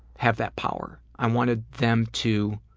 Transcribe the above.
have that power. i wanted them to